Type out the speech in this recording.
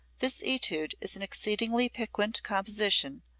this etude is an exceedingly piquant composition,